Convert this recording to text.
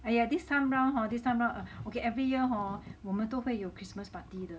!aiya! this time round hor this time hor okay every year hor 我们都会有 christmas party 的